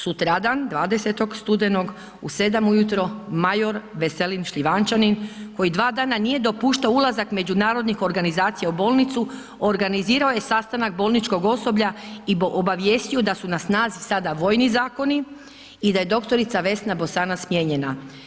Sutradan 20. studenog u 7 ujutro major Veselin Šljivančanin koji dva dana nije dopuštao ulazak međunarodnih organizacija u bolnicu, organizirao je sastanak bolničkog osoblja i obavijestio da su na snazi sada vojni zakoni i da je dr. Vesna Bosanac smijenjena.